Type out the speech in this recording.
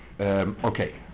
Okay